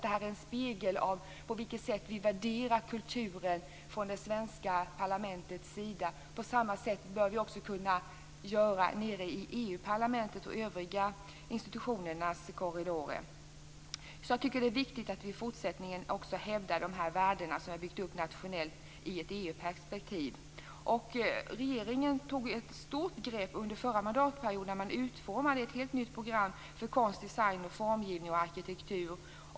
Det är en spegel av hur det svenska parlamentet värderar kulturen. På samma sätt bör vi kunna göra i Europaparlamentet och övriga institutioners korridorer. Det är viktigt att vi i fortsättningen hävdar de värden vi har byggt upp nationellt också i ett EU-perspektiv. Regeringen tog ett stort grepp under den förra mandatperioden, när man utformade ett helt nytt program för konst, design, formgivning och arkitektur.